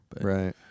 Right